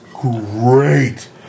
great